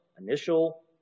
initial